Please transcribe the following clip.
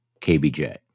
KBJ